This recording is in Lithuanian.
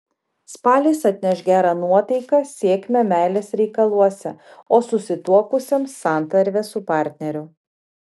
spalis atneš gerą nuotaiką sėkmę meilės reikaluose o susituokusiems santarvę su partneriu